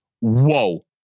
whoa